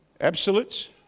absolutes